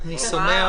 אני שמח.